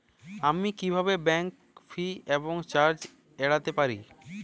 আমি কিভাবে bank fee এবং চার্জ এড়াতে পারি?